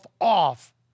off